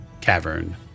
cavern